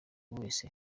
wese